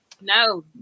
No